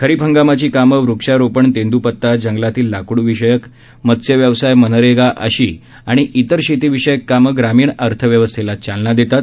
खरीप हंगामाची कामे वृक्षारोपण तेंद्पता जंगलातील लाकूड विषयक मस्त्यव्यवसाय मनरेगा अशी व इतर शेती विषयक कामे ग्रामीण अर्थव्यवस्थेला चालना देतात